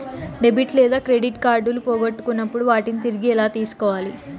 debit లేదా credit కార్డులు పోగొట్టుకున్నప్పుడు వాటిని తిరిగి ఎలా తీసుకోవాలి